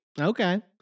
Okay